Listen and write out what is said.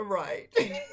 right